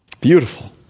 Beautiful